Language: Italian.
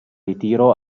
ritiro